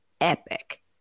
epic